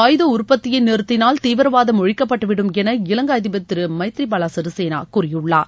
வல்லரசு நாடுகள் ஆயுத உற்பத்தியை நிறுத்தினால் தீவிரவாதம் ஒழிக்கப்பட்டுவிடும் என இலங்கை அதிபர் திரு மைத்ரிபால சிறிசேனா கூறியுள்ளார்